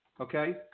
okay